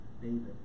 David